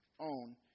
own